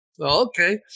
Okay